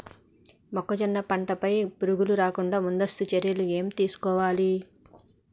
మొక్కజొన్న పంట పై పురుగు రాకుండా ముందస్తు చర్యలు ఏం తీసుకోవాలి?